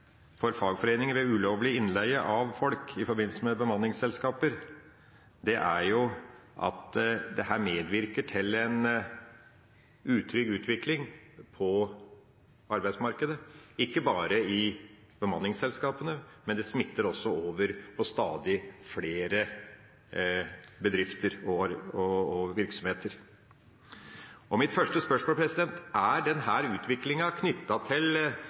for fagforeninger ved ulovlig innleie av folk i forbindelse med bemanningsselskap, er at dette medvirker til en utrygg utvikling på arbeidsmarkedet – ikke bare i bemanningsselskapene, det smitter også over på stadig flere bedrifter og virksomheter. Mitt første spørsmål er: Blir denne utviklinga knyttet til